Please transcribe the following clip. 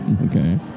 Okay